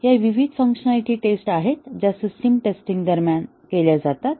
या विविध functionality test आहेत ज्या सिस्टम टेस्टिंग दरम्यान केल्या जातात